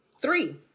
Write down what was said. three